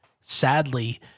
sadly